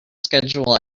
schedule